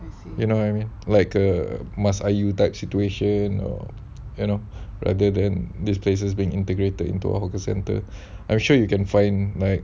you know what I mean like a must ah you type situation or you know rather than this places being integrated into a hawker centre I'm sure you can find like